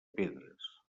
pedres